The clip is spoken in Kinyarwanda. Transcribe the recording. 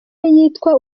yitwa